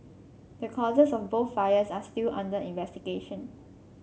the causes of both fires are still under investigation